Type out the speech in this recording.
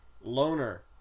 Loner